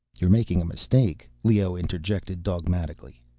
you're making a mistake, leoh interjected dogmatically,